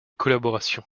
collaboration